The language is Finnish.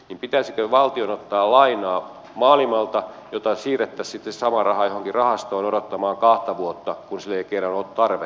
joten pitäisikö valtion ottaa lainaa maailmalta jota siirrettäisiin sitten samaa rahaa johonkin rahastoon odottamaan kahta vuotta kun sille ei kerro parvi